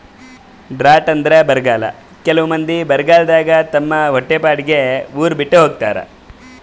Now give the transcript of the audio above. drought ಅಂದ್ರ ಬರ್ಗಾಲ್ ಕೆಲವ್ ಮಂದಿ ಬರಗಾಲದಾಗ್ ತಮ್ ಹೊಟ್ಟಿಪಾಡಿಗ್ ಉರ್ ಬಿಟ್ಟ್ ಹೋತಾರ್